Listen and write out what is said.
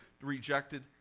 rejected